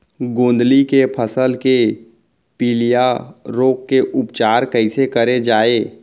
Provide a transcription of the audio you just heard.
गोंदली के फसल के पिलिया रोग के उपचार कइसे करे जाये?